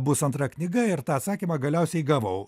bus antra knyga ir tą atsakymą galiausiai gavau